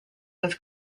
was